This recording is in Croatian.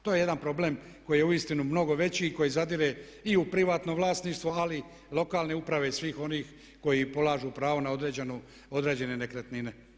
To je jedan problem koji je uistinu mnogo veći i koji zadire i u privatno vlasništvo ali i u lokalne uprave i svih onih koji polažu pravo na određene nekretnine.